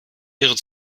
ihre